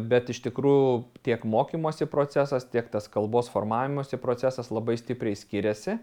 bet iš tikrųjų tiek mokymosi procesas tiek tas kalbos formavimosi procesas labai stipriai skiriasi